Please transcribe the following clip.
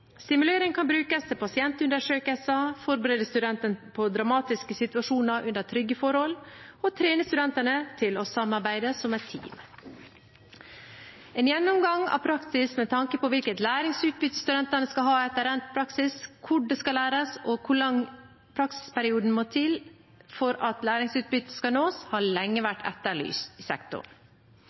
kan brukes til pasientundersøkelser, forberede studentene på dramatiske situasjoner under trygge forhold og trene studentene til å samarbeide som et team. En gjennomgang av praksis med tanke på hvilket læringsutbytte studentene skal ha etter endt praksis, hvor det skal læres, og hvor lang praksisperiode som må til for at læringsutbyttet skal nås, har lenge vært etterlyst i sektoren.